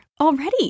already